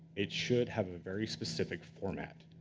it should have a very specific format.